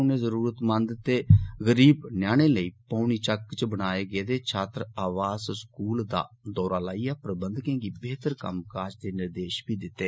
उनें जरूरतमंद ते गरीब न्यानें लेई पौनी चक च बनाए गेदे छात्रा आवास स्कूल दा दौरा लाईयै प्रबंधकें गी बेहतर कम्मकाज दे निर्देश दित्ते